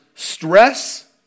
Stress